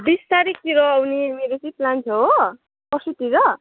बिस तारिकतिर आउने मेरो चाहिँ प्लान छ हो पर्सितिर